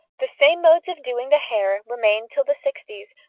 the same modes of doing the hair remained till the sixties,